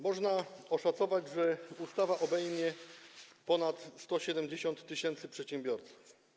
Można oszacować, że ustawa obejmie ponad 170 tys. przedsiębiorców.